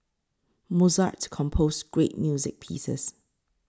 Mozart composed great music pieces